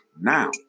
now